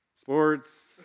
sports